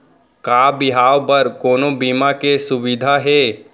का बिहाव बर कोनो बीमा के सुविधा हे?